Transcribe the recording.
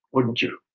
wouldn't you?